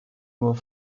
nur